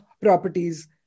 properties